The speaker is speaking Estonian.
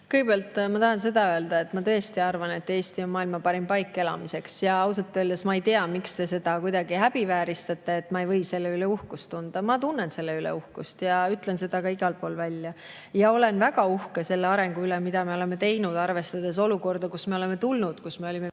Kõigepealt, ma tahan seda öelda, et ma tõesti arvan, et Eesti on maailma parim paik elamiseks. Ausalt öeldes ma ei tea, miks te seda kuidagi häbivääristate, et ma ei või selle üle uhkust tunda. Ma tunnen selle üle uhkust ja ütlen seda ka igal pool välja. Olen väga uhke selle arengu üle, mida me oleme läbi teinud, arvestades olukorda, kust me oleme tulnud – me olime